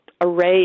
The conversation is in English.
array